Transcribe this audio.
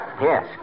Yes